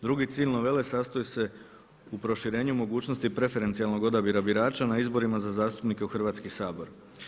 Drugi cilj novele sastoji se u proširenju mogućnosti preferencijalnog odabira birača na izborima za zastupnike u Hrvatski sabor.